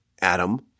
Adam